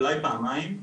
אולי פעמיים.